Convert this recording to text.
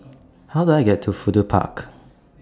How Do I get to Fudu Park